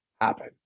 happen